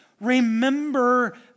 remember